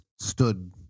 stood